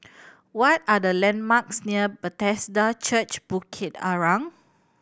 what are the landmarks near Bethesda Church Bukit Arang